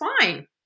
fine